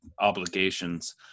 obligations